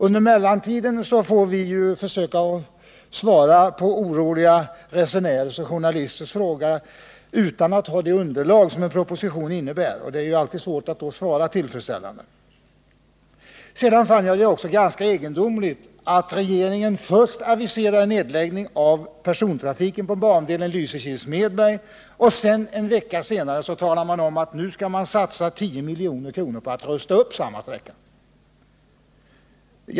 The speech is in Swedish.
Under mellantiden får vi försöka svara på frågor från oroliga resenärer och journalister utan att ha det underlag som en proposition utgör, och det är då svårt att ge tillfredsställande svar. Vidare fann jag det ganska egendomligt att regeringen först aviserar nedläggning av persontrafiken på bandelen Lysekil-Smedberg och sedan en vecka senare talar om att regeringen satsar 10 miljoner på att rsta upp samma sträcka.